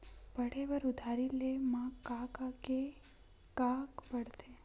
पढ़े बर उधारी ले मा का का के का पढ़ते?